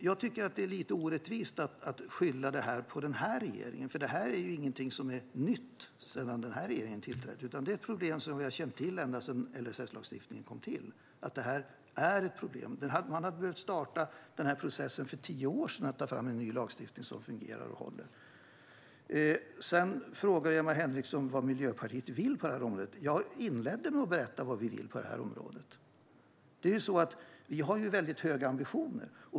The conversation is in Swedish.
Jag tycker att det är lite orättvist att skylla detta på den här regeringen, för det är ingenting som är nytt sedan den tillträdde, utan det är problem som vi har känt till ända sedan LSS kom till. Processen att ta fram en ny lagstiftning som fungerar och håller hade man behövt starta för tio år sedan. Sedan frågar Emma Henriksson vad Miljöpartiet vill på det här området. Jag inledde med att berätta vad vi vill på området. Vi har väldigt höga ambitioner.